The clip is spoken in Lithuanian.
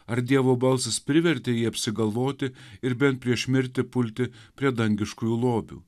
ar dievo balsas privertė jį apsigalvoti ir bent prieš mirtį pulti prie dangiškųjų lobių